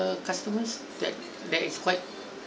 err customer that is quite